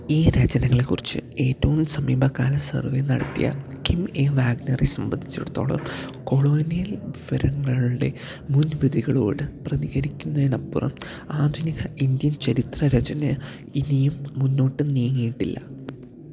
ഈ രചനകളെക്കുറിച്ച് ഏറ്റവും സമീപകാല സർവേ നടത്തിയ കിം എ വാഗ്നറെ സംബന്ധിച്ചിടത്തോളം കൊളോണിയൽ വിവരങ്ങളുടെ മുൻവിധികളോടു പ്രതികരിക്കുന്നതിനപ്പുറം ആധുനിക ഇന്ത്യൻ ചരിത്ര രചന ഇനിയും മുന്നോട്ടു നീങ്ങിയിട്ടില്ല